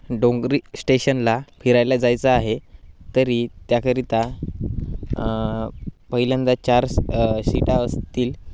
डोंगरी स्टेशनला फिरायला जायचं आहे तरी त्याकरिता पहिल्यांदा चार सीटा असतील